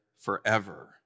forever